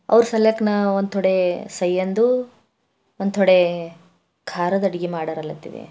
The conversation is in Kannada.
ಅವ್ರ ಸಲುವಾಗಿ ನಾವು ತೊಡೆ ಸೈ ಅಂದು ಒಂದು ತೊಡೆ ಖಾರದ ಅಡ್ಗೆ ಮಾಡರಲ್ಲತ್ತೀವಿ